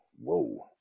Whoa